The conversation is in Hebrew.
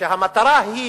כשהמטרה היא